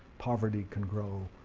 poverty can grow,